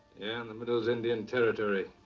and the middle is indian territory.